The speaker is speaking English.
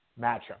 matchup